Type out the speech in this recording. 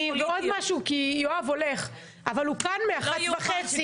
יואב הולך אבל הוא כאן מ-13:30.